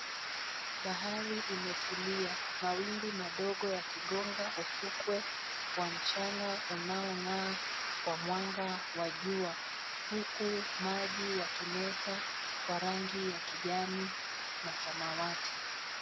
Bahari imetulia, mawimbi madogo yakigonga ufukwe wa mchanga unaong'aa kwa mwanga wa jua huku maji yakimeta kwa rangi ya kijani na samawati.